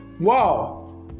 wow